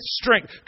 strength